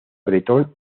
bretón